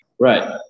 Right